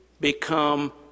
become